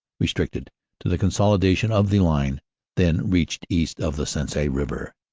restricted to the consolidation of the line then reached east of the sensee river.